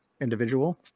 individual